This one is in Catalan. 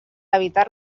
evitar